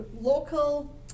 local